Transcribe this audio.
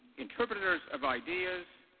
interpreters of ideas,